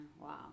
wow